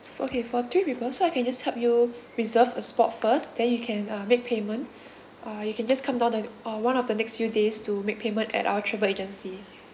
f~ okay for three people so I can just help you reserve a spot first then you can uh make payment uh you can just come down at the uh one of the next few days to make payment at our travel agency